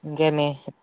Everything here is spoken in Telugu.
ఇంకేమి